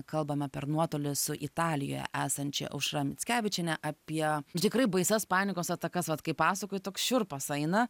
kalbame per nuotolį su italijoje esančia aušra mickevičiene apie tikrai baisias panikos atakas vat kai pasakoji toks šiurpas eina